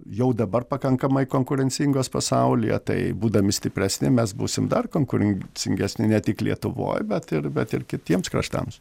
jau dabar pakankamai konkurencingos pasaulyje tai būdami stipresni mes būsim dar konkurencingesni ne tik lietuvoj bet ir bet ir kitiems kraštams